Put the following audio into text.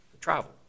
travel